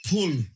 Pull